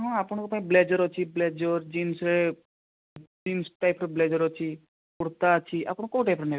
ହଁ ଅପଣଙ୍କ ପାଇଁ ବ୍ଲେଜର୍ ଅଛି ବ୍ଲେଜର୍ ଜିନ୍ସ ଟାଇପ୍ ର ବ୍ଲେଜର୍ ଅଛି କୁର୍ତ୍ତା ଅଛି ଆପଣ କୋଉ ଟାଇପ୍ ର ନେବେ